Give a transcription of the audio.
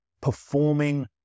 performing